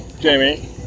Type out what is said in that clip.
Jamie